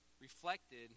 reflected